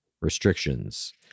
restrictions